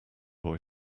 boy